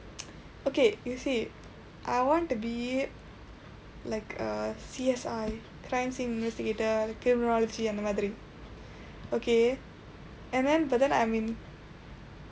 okay you see I want to be like err C_S_I crime scene investigator criminology and அந்த மாதிரி:andtha maathiri okay and then but then I mean